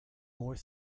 more